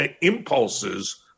impulses